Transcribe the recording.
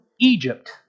Egypt